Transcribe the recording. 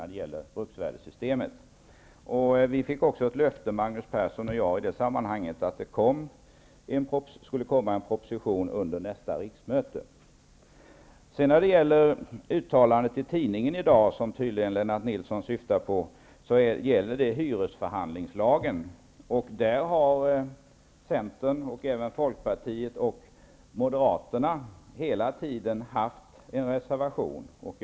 Magnus Persson och jag fick ett löfte i detta sammanhang att en proposition skulle komma under nästa riksmöte. Det uttalande i tidningen i dag som Lennart Nilsson tydligen syftar på gäller hyresförhandlingslagen. Där har Centern och även Folkpartiet och Moderaterna hela tiden reserverat sig.